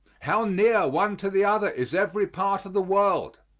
how near one to the other is every part of the world.